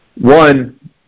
one